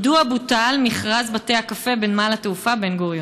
רצוני לשאול: מדוע בוטל מכרז בתי הקפה בנמל התעופה בן גוריון?